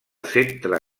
centre